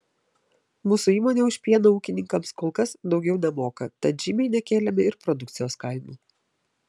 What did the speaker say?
mūsų įmonė už pieną ūkininkams kol kas daugiau nemoka tad žymiai nekėlėme ir produkcijos kainų